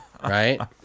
Right